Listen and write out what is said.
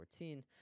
2014